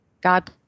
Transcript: God